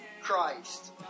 Christ